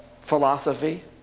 philosophy